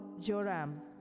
Joram